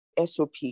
SOP